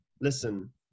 listen